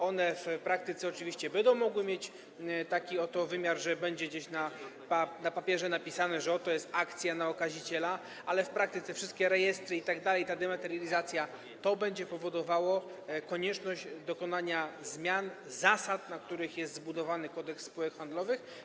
One w praktyce oczywiście będą mogły mieć taki oto wymiar, że będzie gdzieś na papierze napisane, że oto jest akcja na okaziciela, ale w praktyce wszystkie rejestry itd., ta dematerializacja - to będzie powodowało konieczność dokonania zmian zasad, na których jest zbudowany Kodeks spółek handlowych.